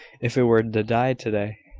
if it were to die to-day.